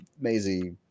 Maisie